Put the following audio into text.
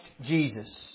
Jesus